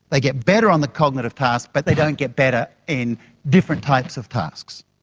they get better on the cognitive tasks but they don't get better in different types of tasks.